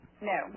No